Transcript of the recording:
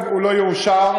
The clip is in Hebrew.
הוא לא יאושר,